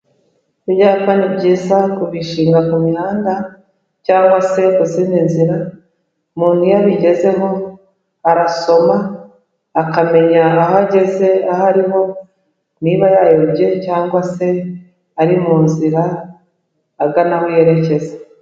Ibyapa ni byiza kubishinga ku mihanda cyangwa se kuzindi nzira, umuntu iyo abigezeho arasoma akamenya aho ageze aho ari ho, niba yayobye cyangwa se ari mu nzira agana aho yerekeza.